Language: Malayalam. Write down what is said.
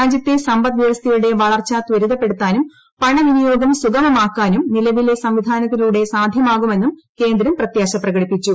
രാജ്യത്തെ സമ്പദ് വൃവസ്ഥയുടെ വളർച്ച ത്വരിതപ്പെടുത്താനും പണ വിനിയോഗം സുഗമമാക്കാനും നിലവിലെ സംവിധാനത്തിലൂടെ സാധ്യമാകുമെന്നും കേന്ദ്രം പ്രത്യശ പ്രകടിപ്പിച്ചു